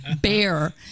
bear